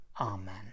Amen